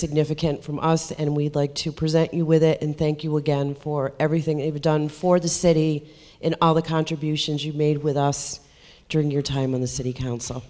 significant from us and we'd like to present you with it and thank you again for everything it was done for the city and all the contributions you made with us during your time on the city council